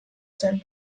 zen